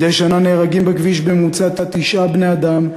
מדי שנה נהרגים בכביש בממוצע תשעה בני-אדם,